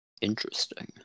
Interesting